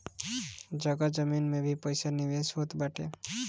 जगह जमीन में भी पईसा निवेश होत बाटे